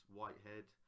whitehead